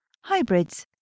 Hybrids